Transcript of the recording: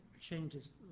changes